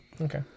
Okay